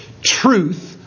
truth